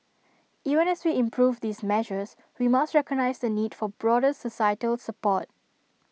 even as we improve these measures we must recognise the need for broader societal support